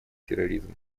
терроризмом